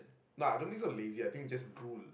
no I don't think so lazier I think just fool